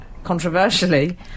controversially